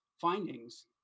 findings